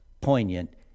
poignant